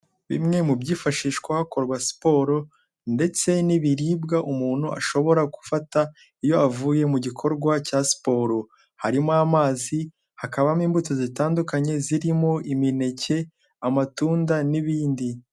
Bimwe mu byifashishwa hakorwa siporo ndetse n'ibiribwa umuntu ashobora gufata iyo avuye mu gikorwa cya siporo harimo amazi, hakabamo imbuto zitandukanye zirimo imineke, amatunda n'ibindi.